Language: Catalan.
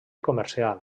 comercial